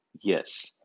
Yes